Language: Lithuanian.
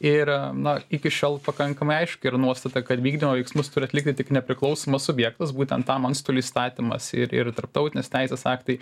ir na iki šiol pakankamai aiški yra nuostata kad vykdymo veiksmus turi atlikti tik nepriklausomas subjektas būtent tam antstolių įstatymas ir ir tarptautinės teisės aktai